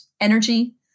energy